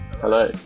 hello